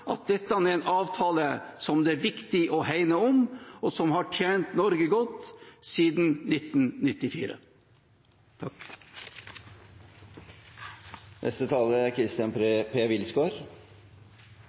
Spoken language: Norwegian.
at dette er en avtale som det er viktig å hegne om, og som har tjent Norge godt siden 1994.